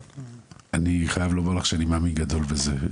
אני חייב לומר לך שאני מאמין גדול בזה.